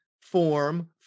form